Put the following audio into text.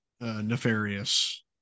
Nefarious